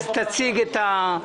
בסדר, אנחנו נצביע על גבעת הראל בנפרד.